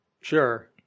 sure